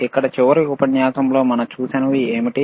ఇక్కడ చివరి ఉపన్యాసంలో మనం చూసినవి ఏమిటి